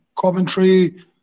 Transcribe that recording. Coventry